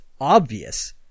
obvious